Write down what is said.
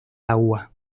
agua